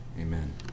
Amen